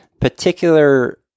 particular